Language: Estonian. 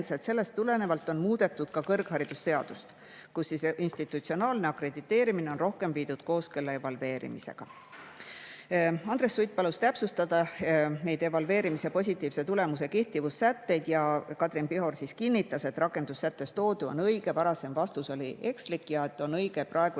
et sellest tulenevalt on muudetud ka kõrgharidusseadust, kus institutsionaalne akrediteerimine on rohkem viidud kooskõlla evalveerimisega. Andres Sutt palus täpsustada neid evalveerimise positiivse tulemuse kehtivuse sätteid. Katrin Pihor kinnitas, et rakendussättes toodu on õige. Varasem vastus oli ekslik ja et on õige, et